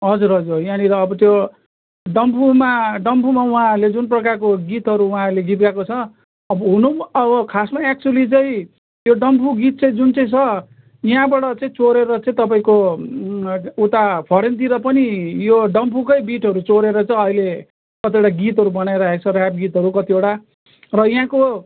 हजुर हजुर यहाँनिर अब त्यो डम्फुमा डम्फुमा उहाँहरूले जुन प्रकारको गीतहरू उहाँहरूले गीत गाएको छ अब हुनु पनि खासमा एक्चुअली चाहिँ यो डम्फु गीत चाहिँ जुन चाहिँ छ यहाँबाट चाहिँ चोरेर चाहिँ तपाईँको उता फरेनतिर पनि यो डम्फुकै बिटहरू चोरेर चाहिँ अहिले कतिवटा गीतहरू बनाइरहेको छ ऱ्याप गीतहरू कतिवटा र यहाँको